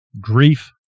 grief